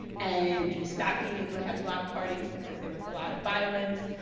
and we stopped being able to have block parties, because there was a lot of violence.